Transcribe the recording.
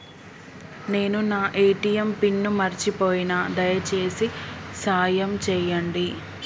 నేను నా ATM pin మర్చిపోయిన, దయచేసి సాయం చేయండి